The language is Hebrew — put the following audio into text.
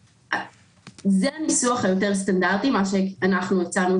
זה הניסוח היותר סטנדרטי, מה שאנחנו הצענו.